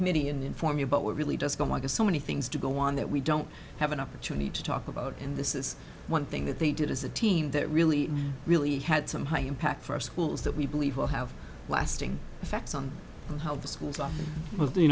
committee and inform you but we're really just going to so many things to go on that we don't have an opportunity to talk about and this is one thing that they did as a team that really really had some high impact for our schools that we believe will have lasting effects on h